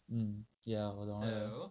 mm ya 我懂我懂